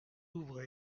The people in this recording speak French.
ouvrez